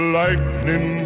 lightning